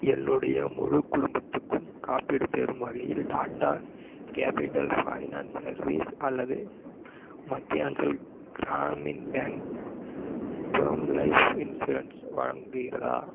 என்னுடைய முழுக்குடும்பத்துக்கும் காப்பீடு பெறும் வகையில் டாட்டா கேபிட்டல் ஃபைனான்ஸ் சர்வீஸ் அல்லது Madhyanchal Gramin bank term life insurance வழங்குகிறதா